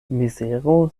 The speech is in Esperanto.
mizero